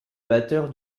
batteur